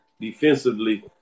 defensively